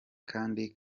kandi